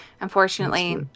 Unfortunately